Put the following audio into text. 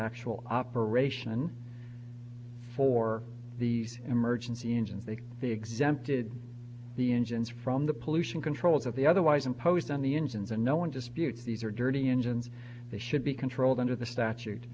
actual operation for these emergency engines they be exempted the engines from the pollution controls of the otherwise imposed on the engines and no one disputes these are dirty engines they should be controlled under the statute